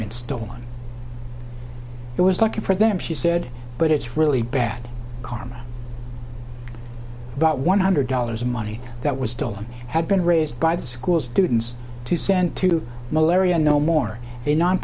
been stolen it was looking for them she said but it's really bad karma about one hundred dollars of money that was stolen had been raised by the school students to send to malaria no more a non